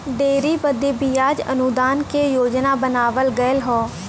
dairy बदे बियाज अनुदान के योजना बनावल गएल हौ